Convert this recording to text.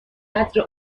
قدر